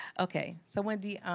okay, so wendy,